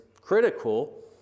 critical